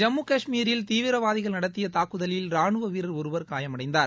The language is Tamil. ஜம்மு கஷ்மீரில் தீவிராவதிகள் நடத்திய தாக்குதலில் ரானுவ வீரர் ஒருவர் காயமடைந்தார்